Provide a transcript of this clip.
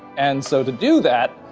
and so to do that,